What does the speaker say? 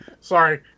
Sorry